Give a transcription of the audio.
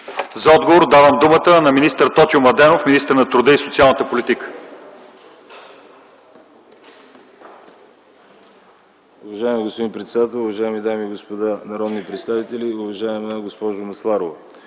За отговор давам думата на Тотю Младенов – министър на труда и социалната политика.